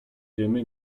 wiemy